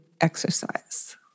exercise